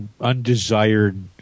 undesired